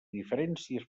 diferències